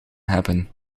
hebben